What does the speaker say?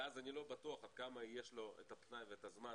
ואז אני לא בטוח עד כמה יש לו את הפנאי ואת הזמן